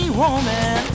woman